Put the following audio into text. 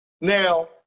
now